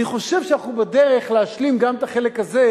אני חושב שאנחנו בדרך להשלים גם את החלק הזה,